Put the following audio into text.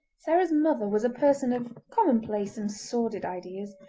sarah's mother was a person of commonplace and sordid ideas,